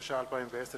התש"ע 2010,